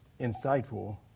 insightful